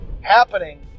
happening